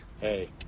Hey